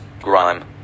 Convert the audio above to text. grime